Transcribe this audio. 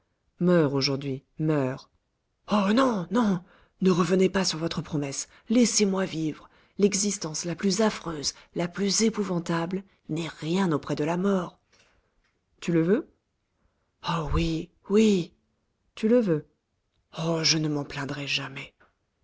meurs aujourd'hui meurs oh non non ne revenez pas sur votre promesse laissez-moi vivre l'existence la plus affreuse la plus épouvantable n'est rien auprès de la mort tu le veux oh oui oui tu le veux oh je ne m'en plaindrai jamais